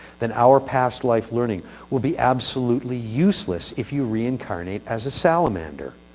then our past life learning will be absolutely useless if you reincarnate as a salamander.